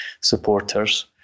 supporters